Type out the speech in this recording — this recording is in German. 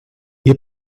ihr